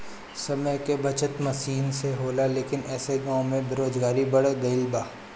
समय के बचत मसीन से होला लेकिन ऐसे गाँव में बेरोजगारी बढ़ गइल बा